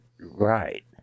right